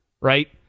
right